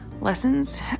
lessons